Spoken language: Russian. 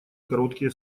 короткие